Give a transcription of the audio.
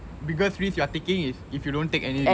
biggest risk you are taking is if you don't take any risk